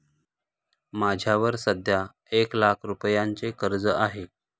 माझ्यावर सध्या एक लाख रुपयांचे कर्ज आहे